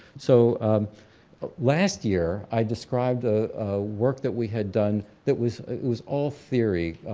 so last year i described ah work that we have done that was was all theory.